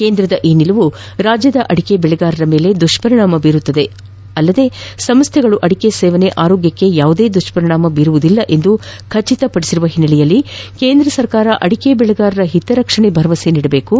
ಕೇಂದ್ರದ ಈ ನಿಲುವು ರಾಜ್ಯದ ಅಡಿಕೆ ಬೆಳೆಗಾರರ ಮೇಲೆ ದುಷ್ಪರಿಣಾಮವನ್ನು ಬೀರುವುದರಿಂದ ಸಂಸ್ದೆಗಳು ಅಡಿಕೆ ಸೇವನೆಯು ಆರೋಗ್ಯಕ್ಕೆ ಯಾವುದೇ ದುಷ್ವರಿಣಾಮವನ್ನು ಬೀರುವುದಿಲ್ಲ ಎಂದು ಖಚಿತಪಡಿಸಿರುವ ಹಿನ್ನಲೆಯಲ್ಲಿ ಕೇಂದ್ರ ಸರಕಾರ ಅಡಿಕೆ ಬೆಳೆಗಾರ ಹಿತ ಕಾಯುವ ಭರವಸೆ ಮೂದಿಸಬೇಕು